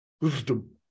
Wisdom